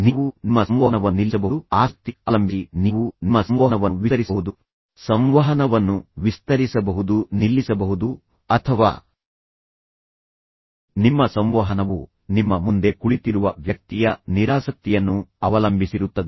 ನೀವು ನಿಮ್ಮ ಸಂವಹನವನ್ನು ನಿಲ್ಲಿಸಬಹುದು ಆಸಕ್ತಿ ಅವಲಂಬಿಸಿ ನೀವು ನಿಮ್ಮ ಸಂವಹನವನ್ನು ವಿಸ್ತರಿಸಬಹುದು ಅಥವಾ ನಿಮ್ಮ ಸಂವಹನವು ನಿಮ್ಮ ಮುಂದೆ ಕುಳಿತಿರುವ ವ್ಯಕ್ತಿಯ ನಿರಾಸಕ್ತಿಯನ್ನು ಅವಲಂಬಿಸಿರುತ್ತದೆ